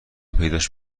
پیداش